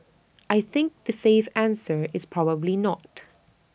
I think the safe answer is probably not